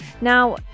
Now